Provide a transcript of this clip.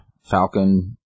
Falcon